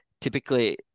typically